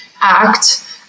act